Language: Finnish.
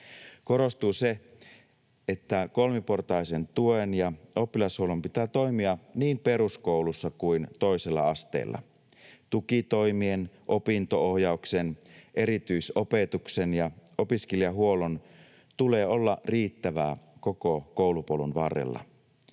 Korostuu se, että kolmiportaisen tuen ja oppilashuollon pitää toimia niin peruskoulussa kuin toisella asteella. Tukitoimien, opinto-ohjauksen, erityisopetuksen ja opiskelijahuollon tulee olla riittävää koko koulupolun varrella.